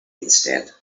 instead